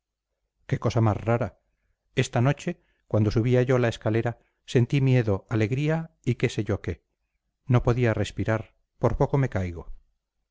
qué cosa más rara esta noche cuando subía yo la escalera sentí miedo alegría y qué sé yo qué no podía respirar por poco me caigo